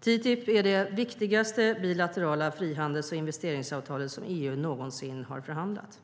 TTIP är det viktigaste bilaterala frihandels och investeringsavtalet som EU någonsin har förhandlat.